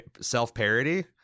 self-parody